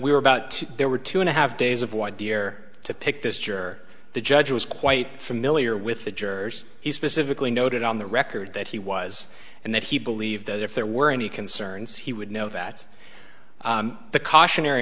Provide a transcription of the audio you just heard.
we were about there were two and a half days of why dear to pick this juror the judge was quite familiar with the jurors he specifically noted on the record that he was and that he believed that if there were any concerns he would know that the cautionary